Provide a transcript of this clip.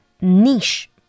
niche